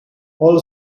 all